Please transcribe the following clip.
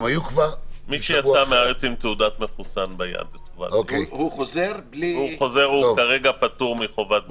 מי שיצא מהארץ עם תעודת מחוסן ביד פטור כרגע מחובת בידוד.